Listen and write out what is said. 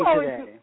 today